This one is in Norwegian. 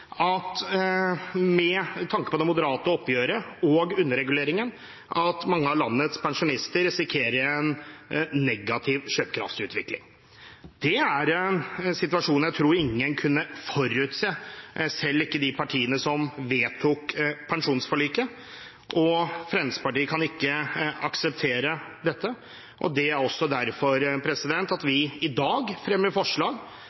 – med tanke på det moderate oppgjøret og underreguleringen – at mange av landets pensjonister risikerer en negativ kjøpekraftsutvikling. Det er en situasjon jeg tror ingen forutså, selv ikke de partiene som vedtok pensjonsforliket. Fremskrittspartiet kan ikke akseptere dette, og det er derfor vi i dag fremmer forslag